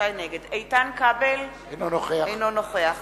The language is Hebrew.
איתן כבל, אינו נוכח